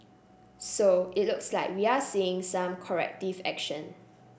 so it looks like we are seeing some corrective action